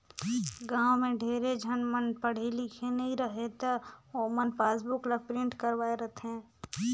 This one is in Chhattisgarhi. गाँव में ढेरे झन मन पढ़े लिखे नई रहें त ओमन पासबुक ल प्रिंट करवाये रथें